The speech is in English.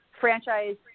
franchise